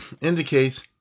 indicates